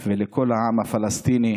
ולכל העם הפלסטיני